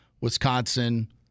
Wisconsin